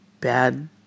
bad